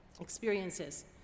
experiences